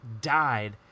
died